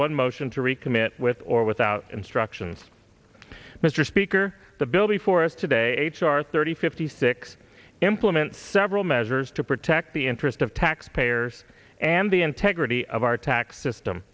one motion to recommit with or without instructions mr speaker the bill before for us today h r thirty fifty six implement several measures to protect the interest of taxpayers and the integrity of our tax system